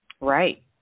Right